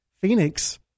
Phoenix